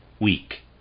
weak